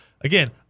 Again